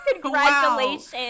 Congratulations